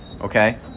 okay